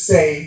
Say